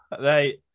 Right